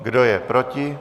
Kdo je proti?